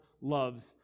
loves